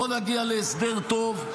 בוא נגיע להסדר טוב,